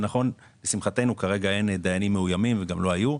ונכון לשמחתנו כרגע אין דיינים מאוימים וגם לא היו.